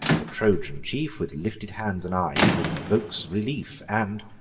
the trojan chief, with lifted hands and eyes, invokes relief and,